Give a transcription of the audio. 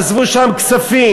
עזבו שם כספים,